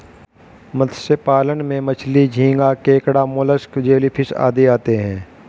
मत्स्य पालन में मछली, झींगा, केकड़ा, मोलस्क, जेलीफिश आदि आते हैं